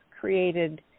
created